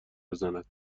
بزند